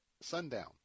sundown